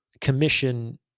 commission